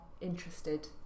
interested